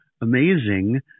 amazing